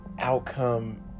outcome